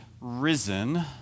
risen